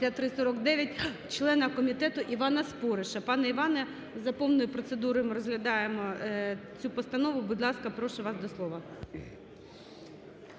6349), члена комітету Івана Спориша. Пане Іване, за повною процедурою ми розглядаємо цю постанову, будь ласка, прошу вас до слова.